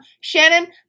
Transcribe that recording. Shannon